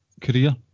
career